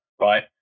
right